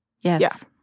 Yes